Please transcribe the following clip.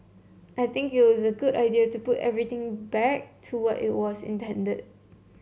I think a good idea to put everything back to what it was intended